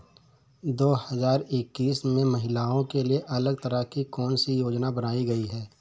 दो हजार इक्कीस में महिलाओं के लिए अलग तरह की कौन सी योजना बनाई गई है?